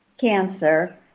cancer